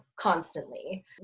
constantly